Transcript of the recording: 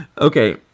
okay